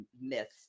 myths